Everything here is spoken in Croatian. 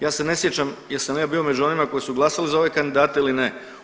Ja se ne sjećam jesam li ja bio među onima koji su glasali za ove kandidate ili ne.